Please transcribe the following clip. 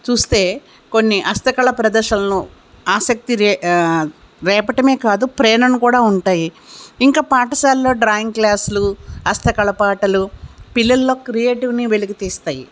చూస్తే కొన్ని హస్తకళ ప్రదర్శాలను ఆసక్తి రే రేపటమే కాదు ప్రేరణను కూడా ఉంటాయి ఇంకా పాఠశాలలో డ్రాయింగ్ క్లాసులు హస్తకళ పాఠాలు పిల్లలలో క్రియేటివిని వెలుగు తీస్తాయి